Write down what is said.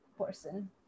person